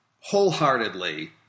wholeheartedly